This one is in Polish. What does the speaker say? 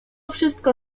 wszystko